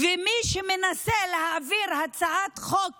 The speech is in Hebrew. ומי שמנסה להעביר הצעת חוק